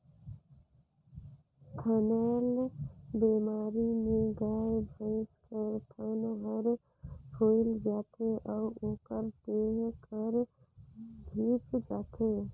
थनैल बेमारी में गाय, भइसी कर थन हर फुइल जाथे अउ ओखर देह हर धिप जाथे